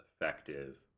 effective